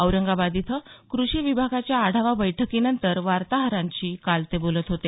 औरंगाबाद इथं कृषी विभागाच्या आढावा बैठकीनंतर वार्ताहरांशी काल ते बोलत होते